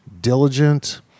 diligent